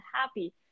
happy